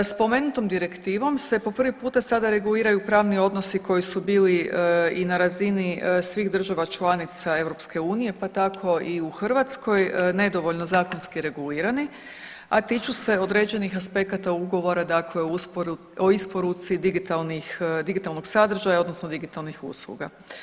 Spomenutom direktivom se po prvi puta sada reguliraju pravni odnosi koji su bili i na razini svih država članica EU pa tako i u Hrvatskoj nedovoljno zakonski regulirani, a tiču se određenih aspekata ugovora dakle o isporuci digitalnih, digitalnog sadržaja odnosno digitalnih usluga.